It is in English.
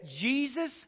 Jesus